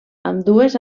ambdues